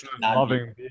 loving